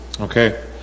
Okay